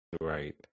Right